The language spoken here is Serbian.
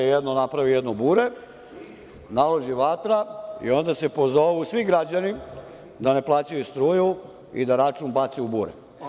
Napravi se jedno bure, naloži vatra i onda se pozovu svi građani da ne plaćaju struju i da račun bace u bure.